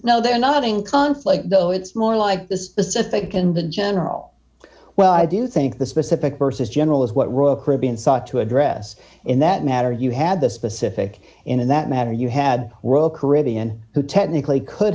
no they're not in conflict though it's more like the specific and the general well i do think the specific versus general is what royal caribbean sought to address in that matter you had the specific in that matter you had royal caribbean who technically could